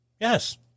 Yes